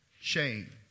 shame